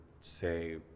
say